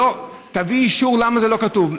לא: תביאי אישור למה זה לא כתוב.